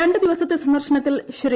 രണ്ടു ദിവസത്തെ സന്ദർശനത്തിൽ ശ്രീ